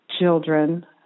children